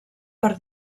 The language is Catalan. per